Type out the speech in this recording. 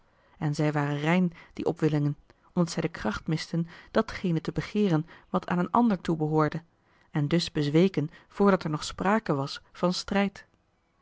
en zij waren rein die opwellingen omdat zij de kracht misten datgene te begeeren wat aan een marcellus emants een drietal novellen ander toebehoorde en dus bezweken voordat er nog sprake was van strijd